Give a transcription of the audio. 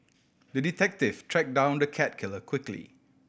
the detective tracked down the cat killer quickly